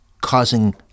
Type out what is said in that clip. causing